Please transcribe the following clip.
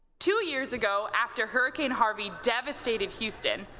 two years ago, after hurricane harvey devastated houston,